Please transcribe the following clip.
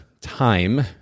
time